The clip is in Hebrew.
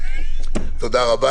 תודה רבה.